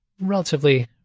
relatively